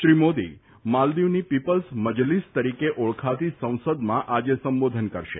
શ્રી મોદી માલદિવની પીપલ્સ મજલીસ તરીકે ઓળખાતી સંસદમાં આજે સંબોધન કરશે